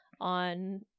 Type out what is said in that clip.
on